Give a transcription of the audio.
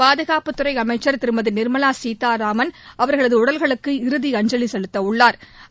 பாதுகாப்புத் துறை அமைச்சா் திருமதி நி்மலா சீதாராமன் அவா்களது உடல்களுக்கு இறுதி அஞ்சலி செலுத்த உள்ளா்